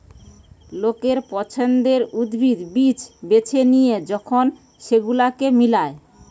লোকের পছন্দের উদ্ভিদ, বীজ বেছে লিয়ে যখন সেগুলোকে মিলায়